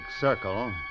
Circle